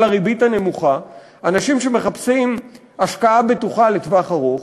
הריבית הנמוכה אנשים שמחפשים השקעה בטוחה לטווח ארוך,